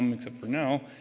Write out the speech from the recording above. um except for now,